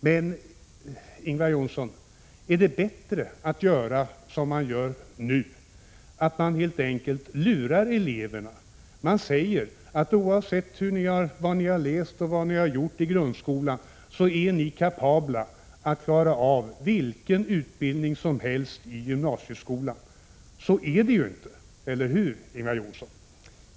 Men, Ingvar Johnsson, är det bättre att göra som man gör nu, att man helt enkelt lurar eleverna och säger: Oavsett vad ni har läst och gjort i grundskolan är ni kapabla att klara av vilken utbildning som helst i gymnasieskolan? Så är det ju inte, eller hur Ingvar Johnsson?